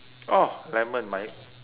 oh lemon my